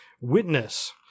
witness